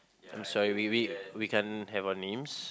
I'm sorry we we we can't have our names